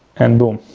and boom.